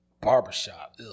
barbershop